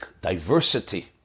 diversity